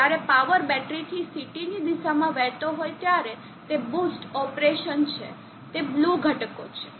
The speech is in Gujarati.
જયારે પાવર બેટરી થી CT ની દિશામાં વહેતો હોય ત્યારે તે બૂસ્ટ ઓપરેશન છે તે બ્લુ ઘટકો છે